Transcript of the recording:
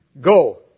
Go